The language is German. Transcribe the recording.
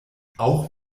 auch